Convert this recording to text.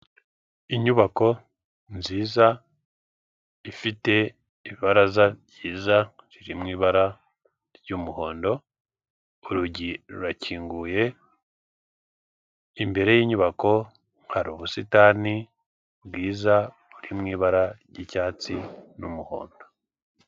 Inyubako nziza ifite ibaraza ryiza ririmo ibara ry'umuhondo, urugi rurakinguye imbere y'inyubako hari ubusitani bwiza buri mu ibara ry'icyatsi n'umuhondo.